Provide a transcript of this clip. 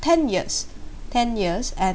ten years ten years and